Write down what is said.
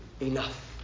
enough